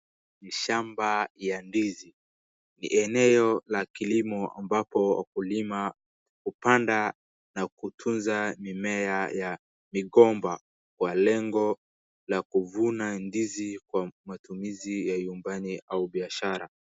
Ni shamba ya ndizi. Ni eneo la kilimo ambapo wakulima hupanda na kutuza mimea ya migomba kwa lengo la kuvuna ndizi kwa matumizi ya nyumbani au biashara.